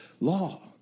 law